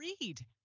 read